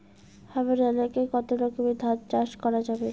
হামার এলাকায় কতো রকমের ধান চাষ করা যাবে?